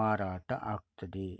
ಮಾರಾಟ ಆಗ್ತದೆ